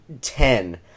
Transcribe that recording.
ten